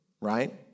right